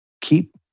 keep